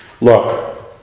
Look